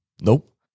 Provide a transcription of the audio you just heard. Nope